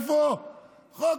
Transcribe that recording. איפה הוא חזק?